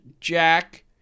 Jack